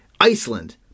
Iceland